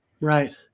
Right